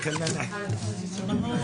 הישיבה ננעלה